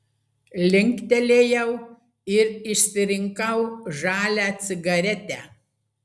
linktelėjau ir išsirinkau žalią cigaretę